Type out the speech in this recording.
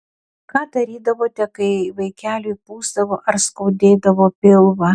ką darydavote kai vaikeliui pūsdavo ar skaudėdavo pilvą